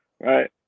right